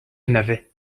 navet